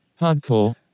Hardcore